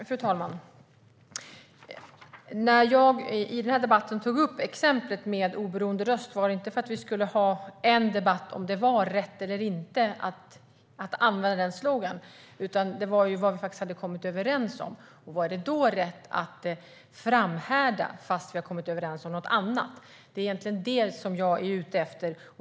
Fru talman! Jag tog inte upp kampanjen om en oberoende röst för att vi skulle ha en debatt om huruvida det var rätt eller inte att använda denna slogan, utan det handlar om vad vi faktiskt har kommit överens om. Är det rätt att framhärda fastän vi har kommit överens om något annat? Det är egentligen det jag är ute efter.